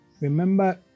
Remember